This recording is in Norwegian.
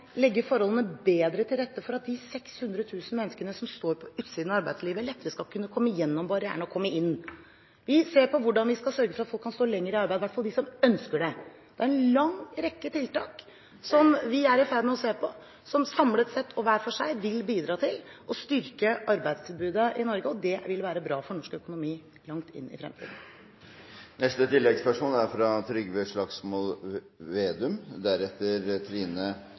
legge forholdene bedre til rette for at de 600 000 menneskene som står på utsiden av arbeidslivet, lettere skal kunne komme gjennom barrieren og komme inn. Vi ser på hvordan vi skal sørge for at folk kan stå lenger i arbeid, i hvert fall de som ønsker det. Det er en lang rekke tiltak som vi er i ferd med å se på, som samlet sett og hver for seg vil bidra til å styrke arbeidstilbudet i Norge, og det vil være bra for norsk økonomi langt inn i fremtiden.